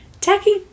Tacky